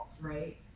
right